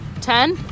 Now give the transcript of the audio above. Ten